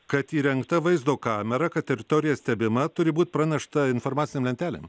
kad įrengta vaizdo kamera kad teritorija stebima turi būt pranešta informacinėm lentelėm